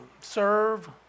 serve